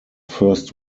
first